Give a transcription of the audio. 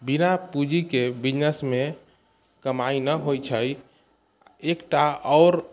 बिना पूँजीके बिजनेसमे कमाइ नहि होइ छै एकटा आओर